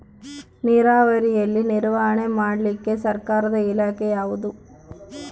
ನೇರಾವರಿಯಲ್ಲಿ ನಿರ್ವಹಣೆ ಮಾಡಲಿಕ್ಕೆ ಸರ್ಕಾರದ ಇಲಾಖೆ ಯಾವುದು?